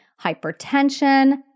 hypertension